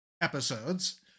episodes